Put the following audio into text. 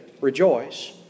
rejoice